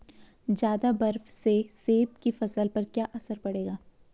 ज़्यादा बर्फ से सेब की फसल पर क्या असर पड़ेगा?